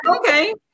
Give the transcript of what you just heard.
okay